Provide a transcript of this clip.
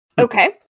Okay